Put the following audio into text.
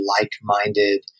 like-minded